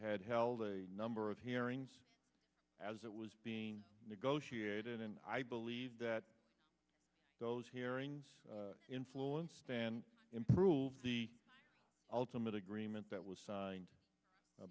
had held a number of hearings as it was being negotiated and i believe that those hearings influence than improved the ultimate agreement that was signed